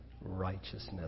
righteousness